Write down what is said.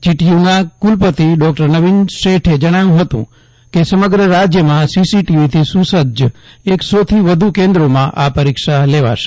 જીટીયુના કુલપતિ ડોક્ટર નવીન શેઠે જણાવ્યું જતું કે સમગ્ર રાજ્યમાં સીસીટીવીથી સુસજ્જ એકસોથી વધુ કેન્દ્રોમાં આ પરીક્ષા લેવાશે